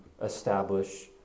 establish